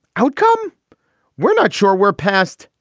outcome we're not sure we're past.